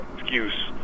excuse